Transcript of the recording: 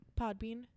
Podbean